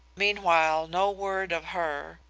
meanwhile no word of her,